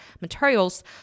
materials